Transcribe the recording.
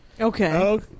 Okay